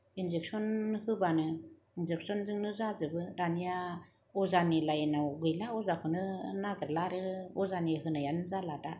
injection होबानो injection जोंनो जाजोबो दानिया अजानि लायेनाव गैला अजाखौनो नागिरला आरो अजानि होनायानो जाला दा